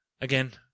Again